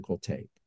take